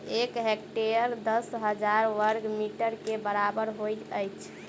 एक हेक्टेयर दस हजार बर्ग मीटर के बराबर होइत अछि